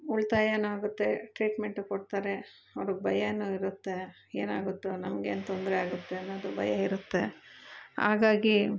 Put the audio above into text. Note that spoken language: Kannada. ಉಳ್ತಾಯ ಆಗುತ್ತೆ ಟ್ರೀಟ್ಮೆಂಟ್ ಕೊಡ್ತಾರೆ ಅವ್ರಿಗೆ ಭಯ ಇರುತ್ತೆ ಏನಾಗುತ್ತೊ ನಮಗೆ ಏನು ತೊಂದರೆ ಆಗುತ್ತೆ ಅನ್ನೋದು ಭಯ ಇರುತ್ತೆ ಹಾಗಾಗಿ